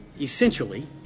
essentially